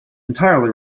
entirely